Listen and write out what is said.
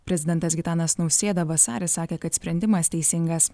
prezidentas gitanas nausėda vasarį sakė kad sprendimas teisingas